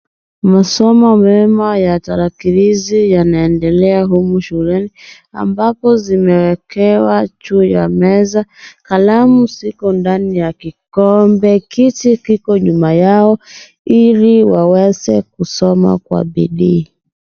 Masomo mema ya tarakilishi yanaendelea humu shuleni ambapo zimekewa juu ya meza, kalamu ziko ndani ya kikombe, kiti kiko nyuma yao, ili waweze kusoma kwa bidii.